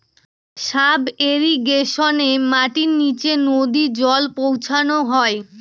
sub ইর্রিগেশনে মাটির নীচে নদী জল পৌঁছানো হয়